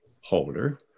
holder